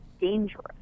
dangerous